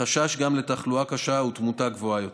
החשש הוא גם לתחלואה קשה ותמותה גבוהה יותר.